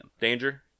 Danger